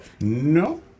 No